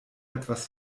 etwas